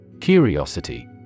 Curiosity